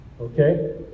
okay